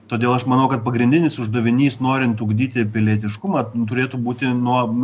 todėl aš manau kad pagrindinis uždavinys norint ugdyti pilietiškumą turėtų būti nuo